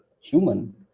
human